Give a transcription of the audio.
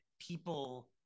people